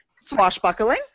Swashbuckling